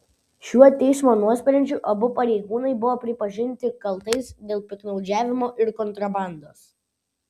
šiuo teismo nuosprendžiu abu pareigūnai buvo pripažinti kaltais dėl piktnaudžiavimo ir kontrabandos